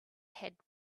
had